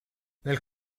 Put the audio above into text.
nel